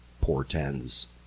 portends